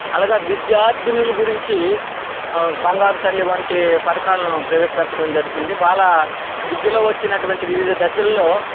అలాగే విద్యార్థినీలు గురించి బంగారుతల్లి వంటి పథకాలను ప్రవేశపెట్టడం జరిగింది జరుగుతుంది వాళ్ళ విద్యలో వచ్చినటువంటి వివిధ దశల్లో